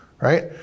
right